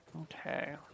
okay